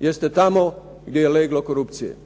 jeste tamo gdje je leglo korupcije.